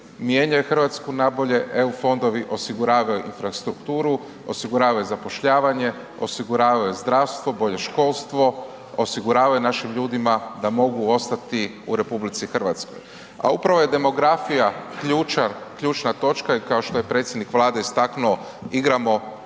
mijenjaju RH na bolje, EU fondovi osiguravaju infrastrukturu, osiguravaju zapošljavanje, osiguravaju zdravstvo, bolje školstvo, osiguravaju našim ljudima da mogu ostati u RH. A upravo je demografija ključna točka kao što je predsjednik Vlade istaknuo, igramo